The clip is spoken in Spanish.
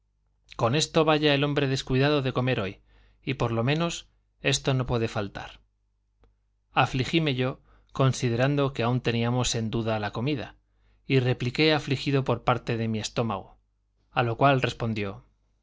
con esto vaya el hombre descuidado de comer hoy y por lo menos esto no puede faltar afligíme yo considerando que aún teníamos en duda la comida y repliqué afligido por parte de mi estómago a lo cual respondió